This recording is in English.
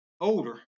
older